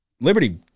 Liberty